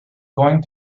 going